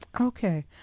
Okay